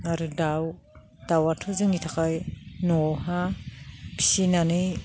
आरो दाउ दाउआथ' जोंनि थाखाय न'आवहाय फिसिनानै